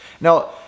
Now